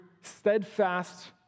steadfast